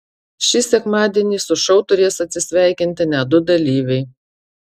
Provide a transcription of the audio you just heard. šį sekmadienį su šou turės atsisveikinti net du dalyviai